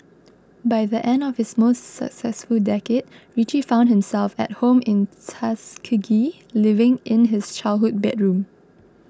by the end of his most successful decade Richie found himself at home in Tuskegee living in his childhood bedroom